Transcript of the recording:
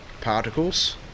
particles